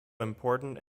important